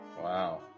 Wow